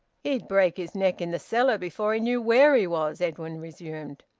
he'd break his neck in the cellar before he knew where he was, edwin resumed.